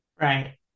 right